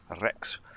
Rex